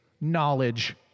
Knowledge